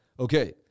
Okay